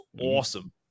awesome